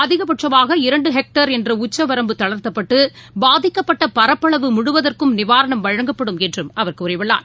அதிகபட்சமாக இரண்டு ஹெக்டேர் என்ற உச்சவரம்பு தளர்த்தப்பட்டு பாதிக்கப்பட்ட பரப்பளவு முழுவதற்கும் நிவாரணம் வழங்கப்படும் என்றும் அவர் கூறியுள்ளார்